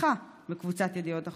משפחתך בקבוצת ידיעות אחרונות,